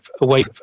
away